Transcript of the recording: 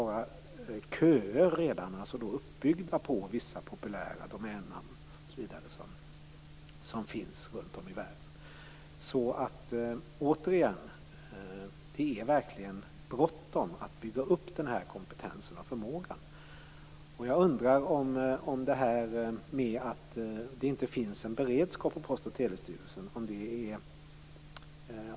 Det lär redan vara köer uppbyggda till vissa populära domännamn som finns runt om i världen. Återigen, det är verkligen bråttom att bygga upp den här kompetensen och förmågan. Jag undrar om det verkligen är så att det inte finns en beredskap på Post och telestyrelsen.